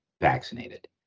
vaccinated